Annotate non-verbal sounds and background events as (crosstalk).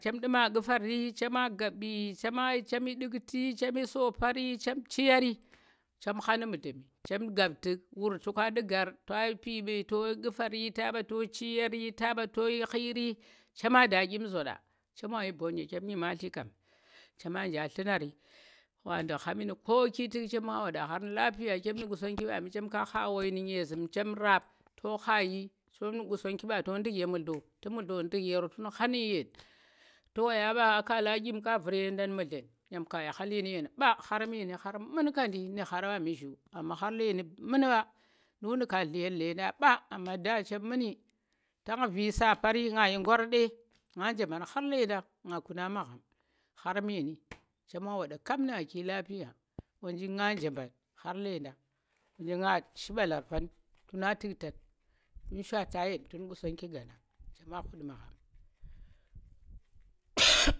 chem yhi ndu̱ktu̱ chem yshi sopari chem chi yari chem gha nu̱ mudlen chem gab tu̱k wur toka ndu̱ nggar ta pi mbayi to ƙufari ta mɓa to chi yari ta ɓa to yii khiri cema da iymi zonɗa chema yi mbonye chem nyimalti kam, chema nja nllunari wa ndu̱k ghami mu̱ koki chema waɗa ghar lapiya chem nu̱ Qusonggi bami chem ka gha wai nu nyezum chem rap to gha yi to nu̱ Qusonggi mba to ndu̱k ye mu̱dlo tu̱ mudlo nduk yero tun ha nu yen tu waya ɓa aa khala ɗyim to vurye nda nu̱m mudlen yam ka yhi ghali ye yen ɓa ghar meni ghar munkandu̱ nu̱ ghar ɓami zhu amma ghar memi mun ɓa ndu̱k nu̱ ka nlluyen ledanhg ɓa amma ndaa, chem ni tang vi sapori nga yi, ngorɗe nga nje mu̱an ghar lendang nga kuna magham ghar meni nga wada kap nu̱ aaki lapiya wonji nga nje mban ghar laɗang wonji nga shi mɓalar fan tu̱na tu̱ktang tun shwata yan tu̱n Qusonggi (unintelligible) nggang cema ghut magham.